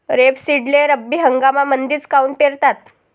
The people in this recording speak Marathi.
रेपसीडले रब्बी हंगामामंदीच काऊन पेरतात?